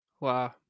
Wow